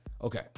Okay